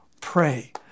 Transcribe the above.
pray